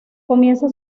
comienza